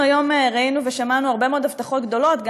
אנחנו היום ראינו ושמענו הרבה מאוד הבטחות גדולות,